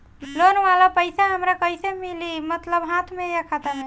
Loan वाला पैसा हमरा कइसे मिली मतलब हाथ में या खाता में?